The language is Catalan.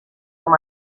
com